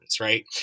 right